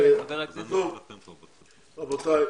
--- טוב, רבותיי,